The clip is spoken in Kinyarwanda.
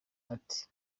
ati